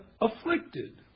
afflicted